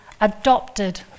adopted